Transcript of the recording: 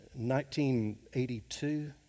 1982